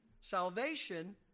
salvation